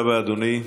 תודה רבה, אדוני.